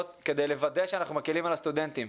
כדי לוודא שאנחנו מקלים על הסטודנטים,